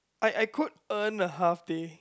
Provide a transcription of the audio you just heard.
I I could earn a half day